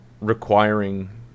requiring